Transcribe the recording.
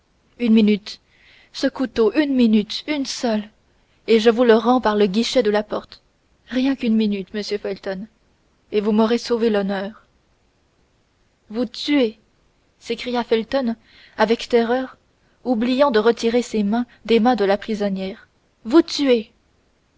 une minute ce couteau une minute une seule et je vous le rends par le guichet de la porte rien qu'une minute monsieur felton et vous m'aurez sauvé l'honneur vous tuer s'écria felton avec terreur oubliant de retirer ses mains des mains de la prisonnière vous tuer